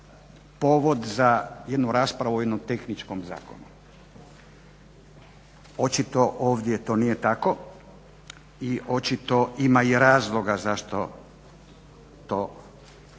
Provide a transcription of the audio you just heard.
povod za jednu raspravu o jednom tehničkom zakonu. Očito ovdje to nije tako i očito ima i razloga zašto to